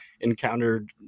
encountered